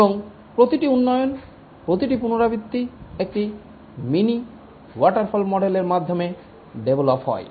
এবং প্রতিটি উন্নয়ন প্রতিটি পুনরাবৃত্তি একটি মিনি ওয়াটারফল মডেলের মাধ্যমে ডেভলপ হয়